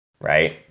right